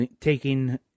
taking